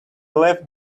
left